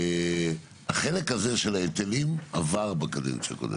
החלק הזה של ההיתרים עבר בקדנציה קודמת.